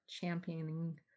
championing